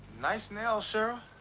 nice nails, cheryl.